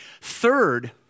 third